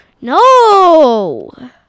No